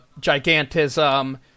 Gigantism